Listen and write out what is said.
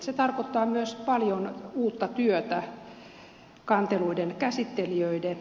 se tarkoittaa myös paljon uutta työtä kanteluiden käsittelijöille